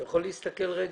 אתה יכול להסתכל רגע?